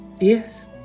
Yes